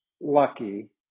lucky